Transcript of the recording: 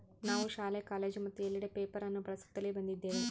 ನಾವು ಶಾಲೆ, ಕಾಲೇಜು ಮತ್ತು ಎಲ್ಲೆಡೆ ಪೇಪರ್ ಅನ್ನು ಬಳಸುತ್ತಲೇ ಬಂದಿದ್ದೇವೆ